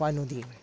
ᱠᱳᱯᱟᱭ ᱱᱚᱫᱤ